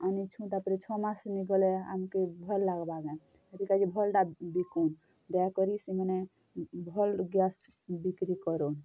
ଆନିଛୁଁ ତାପରେ ଛଅ ମାସ୍ ନେଇଁ ଗଲେ ଆମ୍କେ ଭଲ୍ ଲାଗ୍ବା କେଁ ହେଥିର୍କାଜେ ଭଲ୍ଟା ବିକୁନ୍ ଦୟାକରି ସେମାନେ ଭଲ୍ ଗ୍ୟାସ୍ ବିକ୍ରି କରୁନ୍